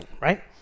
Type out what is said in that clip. right